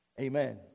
amen